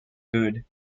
good